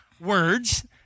words